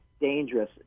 dangerous